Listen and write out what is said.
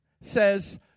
says